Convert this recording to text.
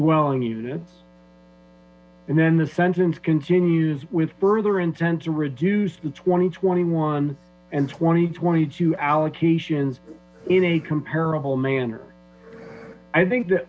dwelling units and then the sentence continues with further intend to reduce the twenty twenty one and twenty twenty two allocations in a comparable manner i think th